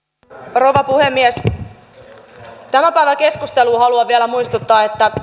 rouva puhemies tämän päivän keskusteluun haluan vielä muistuttaa että